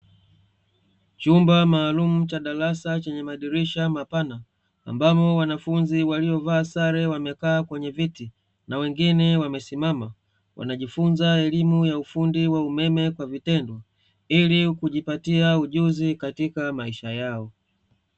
Chumba maalumu cha darasa chenye madirisha mapana, ambamo wanafunzi waliovaa sare wamekaa kwenye viti na wengine wamesimama, wanajifunza elimu ya ufundi wa umeme kwa vitendo ili kujipatia ujuzi katika maisha yao.